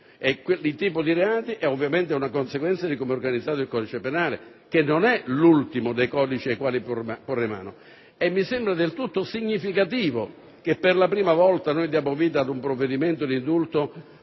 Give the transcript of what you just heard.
al tipo di reato che è una conseguenza di com'è organizzato il codice penale, che non è l'ultimo dei codici sui quali porre mano. Mi sembra del tutto significativo che per la prima volta diamo vita a un provvedimento di indulto